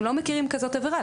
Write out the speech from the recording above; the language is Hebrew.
אנחנו לא מכירים כזו עבירה,